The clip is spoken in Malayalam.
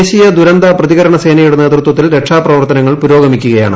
ദേശീയ ദുരന്ത പ്രതികരണ സേനയുടെ നേതൃത്വത്തിൽ രക്ഷാ പ്രവർത്തനങ്ങൾ പുരോഗമിക്കുകയാണ്